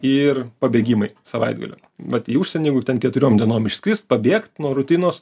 ir pabėgimai savaitgalio vat į užsienį kur ten keturiom dienom išskrist pabėgt nuo rutinos